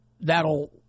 that'll